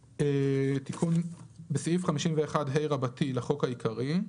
"87.בסעיף 51ה לחוק העיקרי,